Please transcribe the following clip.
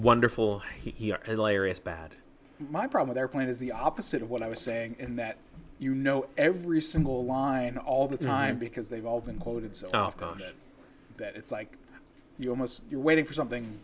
is bad my problem their plan is the opposite of what i was saying in that you know every single line all the time because they've all been coded so that it's like you almost you're waiting for something